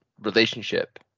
relationship